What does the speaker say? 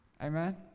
Amen